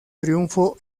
triunfo